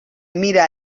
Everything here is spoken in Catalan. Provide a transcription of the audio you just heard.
mira